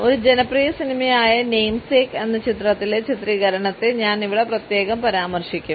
ഒരു ജനപ്രിയ സിനിമയായ നെയിംസേക്ക് എന്ന ചിത്രത്തിലെ ചിത്രീകരണത്തെ ഞാൻ ഇവിടെ പ്രത്യേകം പരാമർശിക്കും